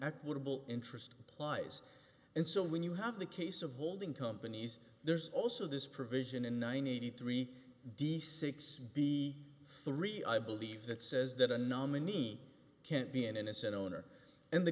equitable interest applies and so when you have the case of holding companies there's also this provision in ninety three dollars d six b three i believe that says that a nominee can't be an innocent owner and the